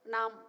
Nam